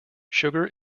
sugar